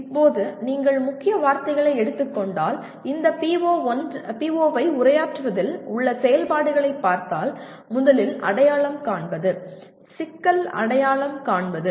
இப்போது நீங்கள் முக்கிய வார்த்தைகளை எடுத்துக் கொண்டால் இந்த PO ஐ உரையாற்றுவதில் உள்ள செயல்பாடுகளைப் பார்த்தால் முதலில் 'அடையாளம்' காண்பது சிக்கல் அடையாளம் காண்பது